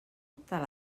tal